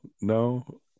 no